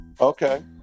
Okay